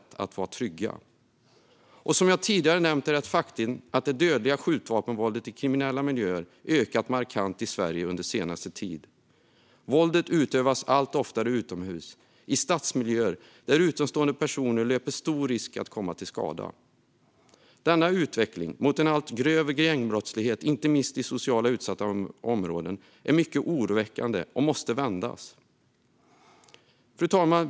Omständigheter som särskilt ska beaktas som skäl för livstids fängelse för mord Som jag tidigare nämnt är det ett faktum att det dödliga skjutvapenvåldet i kriminella miljöer har ökat markant i Sverige under senare tid. Våldet utövas allt oftare utomhus i stadsmiljöer, där utomstående personer löper stor risk att komma till skada. Denna utveckling mot en allt grövre gängbrottslighet, inte minst i socialt utsatta områden, är mycket oroväckande och måste vändas. Fru talman!